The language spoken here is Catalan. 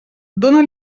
dóna